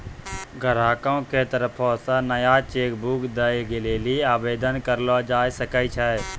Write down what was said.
ग्राहको के तरफो से नया चेक बुक दै लेली आवेदन करलो जाय सकै छै